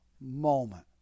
moment